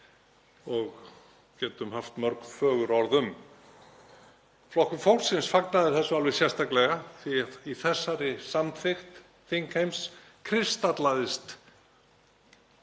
við getum haft mörg fögur orð um. Flokkur fólksins fagnaði þessu alveg sérstaklega því að í þessari samþykkt þingheims kristallaðist